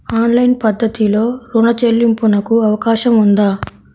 Online పద్ధతిలో రుణ చెల్లింపునకు అవకాశం ఉందా?